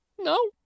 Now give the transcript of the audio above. no